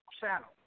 channel